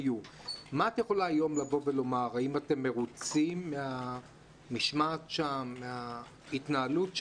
חשוב לי לדעת האם באופן כללי אתם היום מרוצים מהמשמעת ומההתנהלות שם.